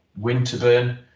Winterburn